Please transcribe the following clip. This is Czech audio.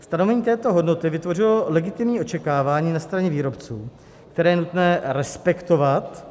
Stanovení této hodnoty vytvořilo legitimní očekávání na straně výrobců, které je nutné respektovat.